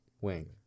Wing